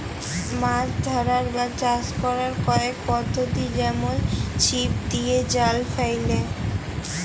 মাছ ধ্যরার বা চাষ ক্যরার কয়েক পদ্ধতি যেমল ছিপ দিঁয়ে, জাল ফ্যাইলে